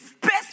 best